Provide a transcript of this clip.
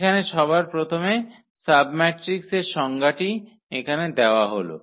এখানে সবার প্রথমে সাবম্যাট্রিক্সের সংজ্ঞাটি এখানে দেওয়া হল